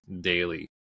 daily